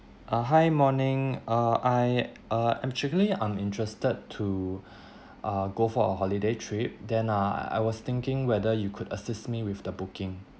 uh hi morning uh I uh actually I'm interested to uh go for a holiday trip then uh I was thinking whether you could assist me with the booking